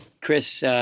Chris